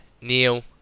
Neil